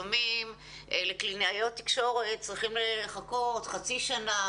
לפעמים לקלינאיות תקשורת צריכים לחכות חצי שנה